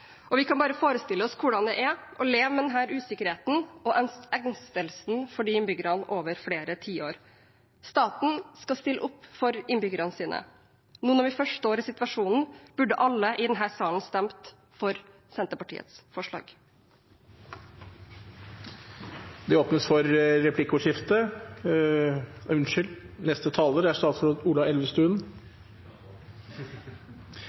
og vi kan bare forestille oss hvordan det er for de innbyggerne å leve med denne usikkerheten og engstelsen over flere tiår. Staten skal stille opp for innbyggerne sine. Nå når vi først står i situasjonen, burde alle i denne salen ha stemt for Senterpartiets forslag. Bakgrunnen for denne saken henger sammen med Brånåsen-deponiet på Skedsmo. Det er